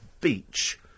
beach